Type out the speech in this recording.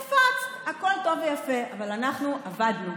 הפצת, הכול טוב ויפה, אבל אנחנו עבדנו.